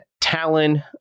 Talon